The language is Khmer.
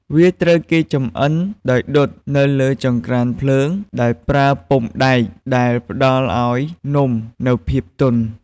វាត្រូវគេចម្អិនដោយដុតនៅលើចង្ក្រានភ្លើងដោយប្រើពុម្ពដែក ដែលផ្តល់ឱ្យនំនូវភាពទន់។